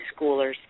schoolers